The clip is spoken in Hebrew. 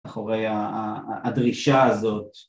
‫אחורי ההדרישה הזאת.